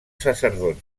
sacerdot